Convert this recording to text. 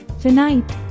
Tonight